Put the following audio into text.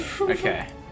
Okay